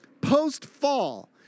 Post-fall